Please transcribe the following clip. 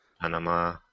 Panama